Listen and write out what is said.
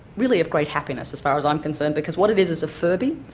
really of great happiness as far as i'm concerned because what it is is a furby,